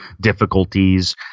difficulties